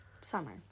Summer